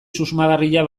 susmagarria